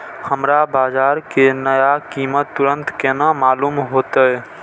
हमरा बाजार के नया कीमत तुरंत केना मालूम होते?